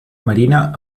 marina